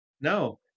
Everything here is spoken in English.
No